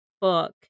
book